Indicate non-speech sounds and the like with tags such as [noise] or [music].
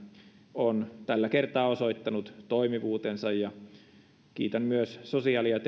on tällä kertaa osoittanut toimivuutensa kiitän myös sosiaali ja [unintelligible]